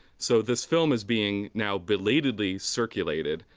so this film is being now belatedly circulated,